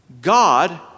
God